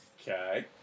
Okay